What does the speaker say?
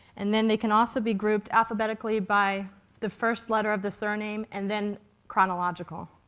and then they can also be grouped alphabetically by the first letter of the surname and then chronological.